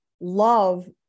love